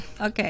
okay